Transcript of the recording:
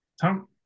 Tom